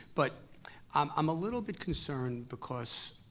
but um i'm a little bit concerned because,